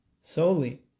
solely